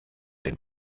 den